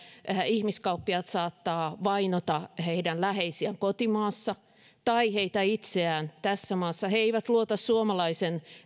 ihmiskauppiaat saattavat vainota heidän läheisiään kotimaassa tai heitä itseään tässä maassa he eivät luota suomalaisen